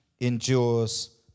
endures